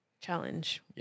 challenge